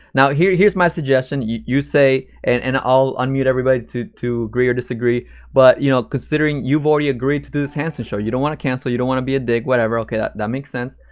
now, here's here's my suggestion you you say and and i'll unmute everybody to to agree or disagree but, you know, considering you've already agreed to do this hansen show, you don't want to cancel, you don't want to be a d-ck, whatever, okay, that that makes sense.